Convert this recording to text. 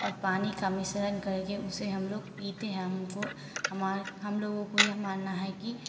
और पानी का मिश्रण करके उसे हम लोग पीते हैं हमको हम लोगों को यह मानना है कि